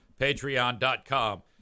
Patreon.com